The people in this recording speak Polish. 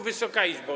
Wysoka Izbo!